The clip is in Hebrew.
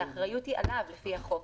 האחריות היא עליו לפי החוק.